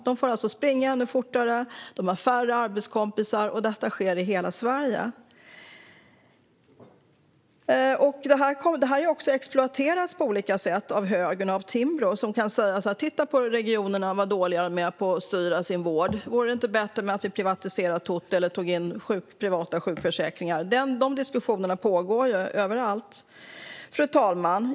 De får springa ännu fortare och har färre arbetskompisar. Detta sker i hela Sverige, och det kan exploateras på olika sätt av högern och Timbro, som kan säga: "Titta, vad dåliga regionerna är på att styra sin vård! Vore det inte bättre att privatisera eller ta in privata sjukförsäkringar?" Dessa diskussioner pågår överallt. Fru talman!